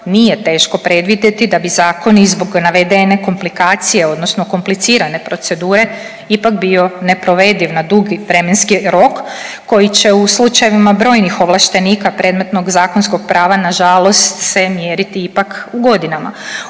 nije teško predvidjeti da bi zakon i zbog navedene komplikacije odnosno komplicirane procedure ipak bio neprovediv na dugi vremenski rok koji će u slučajevima brojnih ovlaštenika predmetnog zakonskog prava nažalost se mjeriti ipak godinama.